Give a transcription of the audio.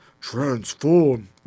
Transform